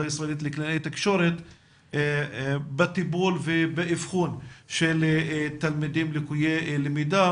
הישראלית לקלינאי תקשורת בטיפול ובאבחון של תלמידים לקויי למידה